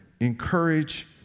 encourage